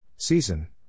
Season